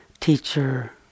teacher